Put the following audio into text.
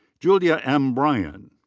julia m. bryan.